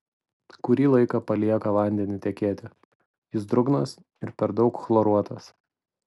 kurį laiką palieka vandenį tekėti jis drungnas ir per daug chloruotas